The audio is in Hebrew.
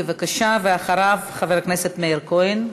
בבקשה, ואחריו, חבר הכנסת מאיר כהן.